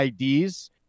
IDs